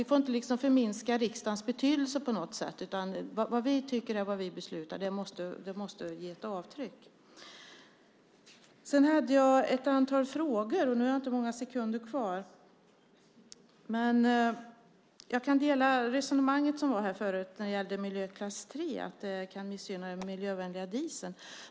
Vi får inte på något sätt minska riksdagens betydelse, utan det vi tycker och beslutar måste ge avtryck. Jag har ett antal frågor. Jag kan dela det tidigare resonemanget som gällde miljöklass 3, att det kan missgynna den miljövänliga dieseln.